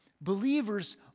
believers